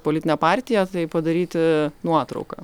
politinę partiją tai padaryti nuotrauką